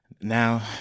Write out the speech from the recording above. now